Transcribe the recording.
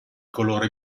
colore